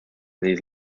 these